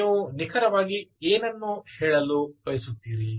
ನೀವು ನಿಖರವಾಗಿ ಏನು ಹೇಳಲು ಬಯಸುತ್ತೀರಿ